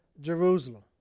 Jerusalem